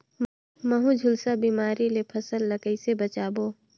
महू, झुलसा बिमारी ले फसल ल कइसे बचाबो?